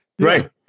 right